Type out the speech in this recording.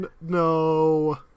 No